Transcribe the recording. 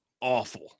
awful